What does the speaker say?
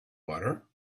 butter